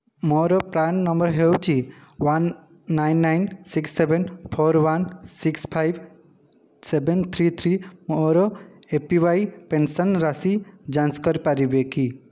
ମୋର PRAN number ହେଉଛି one nine nine six seven four one six five seven three three ମୋର APY pension ରାଶି ଯାଞ୍ଚ କରିପାରିବ କି